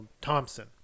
Thompson